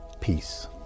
Peace